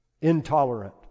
Intolerant